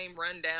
rundown